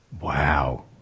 Wow